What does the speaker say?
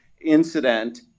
incident